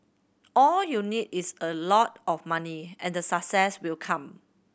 all you need is a lot of money and the success will come